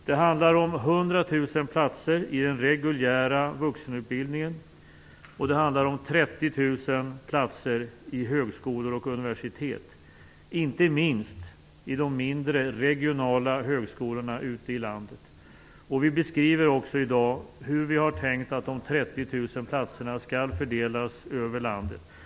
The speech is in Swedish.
Det handlar om 100 000 platser i den reguljära vuxenutbildningen, och det handlar om 30 000 platser i högskolor och på universitet - inte minst i de mindre regionala högskolorna ute i landet. Vi beskriver också i dag hur vi har tänkt att de 30 000 platserna skall fördelas över landet.